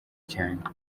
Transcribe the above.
cyane